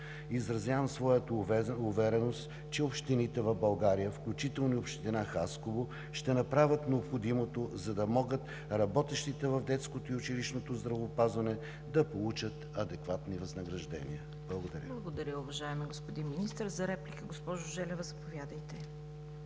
Изразявам своята увереност, че общините в България, включително и община Хасково, ще направя необходимото, за да могат работещите в детското и училищното здравеопазване да получат адекватни възнаграждения. Благодаря. ПРЕДСЕДАТЕЛ ЦВЕТА КАРАЯНЧЕВА: Благодаря, уважаеми господин Министър. За реплика, госпожо Желева, заповядайте.